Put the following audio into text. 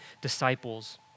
disciples